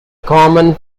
common